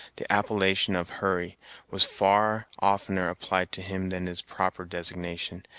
the appellation of hurry was far oftener applied to him than his proper designation,